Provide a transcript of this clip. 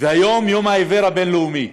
והיום יום העיוור הבין-לאומי.